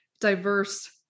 diverse